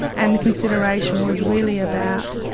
and the consideration was really about.